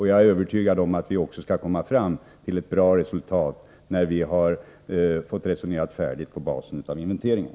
Jag är övertygad om att vi också skall komma fram till ett bra resultat, när vi har fått resonera färdigt på basis av inventeringen.